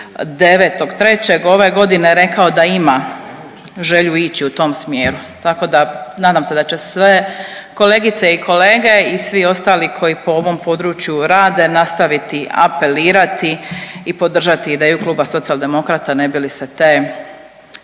9.3. ove godine rekao da ima želju ići u tom smjeru, tako da nadam se da će sve kolegice i kolege i svi ostali koji po ovom području rade nastaviti apelirati i podržati ideju Kluba Socijaldemokrata ne bi li se te,